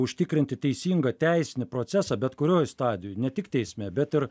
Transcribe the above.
užtikrinti teisingą teisinį procesą bet kurioj stadijoj ne tik teisme bet ir